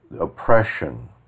oppression